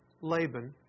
Laban